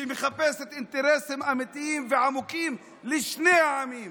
שמחפשת אינטרסים אמיתיים ועמוקים לשני העמים,